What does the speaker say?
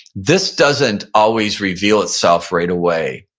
this doesn't always reveal itself right away.